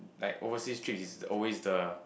like overseas trip is always the